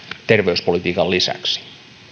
terveyspolitiikan lisäksi